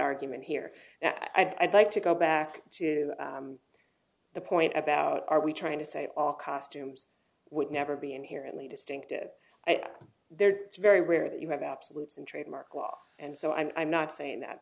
argument here now i'd like to go back to the point about are we trying to say all costumes would never be inherently distinctive and there it's very rare that you have absolutes in trademark law and so i'm i'm not saying that